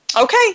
Okay